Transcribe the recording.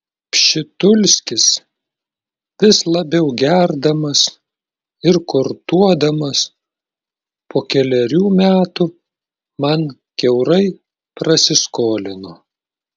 pšitulskis vis labiau gerdamas ir kortuodamas po kelerių metų man kiaurai prasiskolino